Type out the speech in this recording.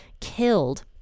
killed